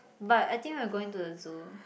but I think we are going to the zoo